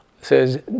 says